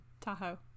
Tahoe